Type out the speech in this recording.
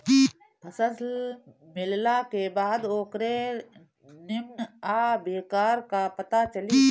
फसल मिलला के बाद ओकरे निम्मन आ बेकार क पता चली